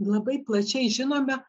labai plačiai žinome